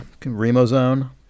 Remozone